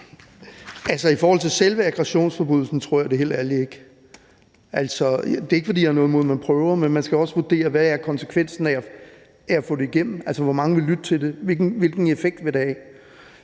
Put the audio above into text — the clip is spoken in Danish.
Altså, i forhold til selve aggressionsforbrydelsen tror jeg det helt ærligt ikke. Det er ikke, fordi jeg har noget imod, at man prøver, men man skal også vurdere, hvad konsekvensen er af at få det igennem, altså hvor mange der vil lytte til det, og hvilken effekt det vil have.